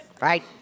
right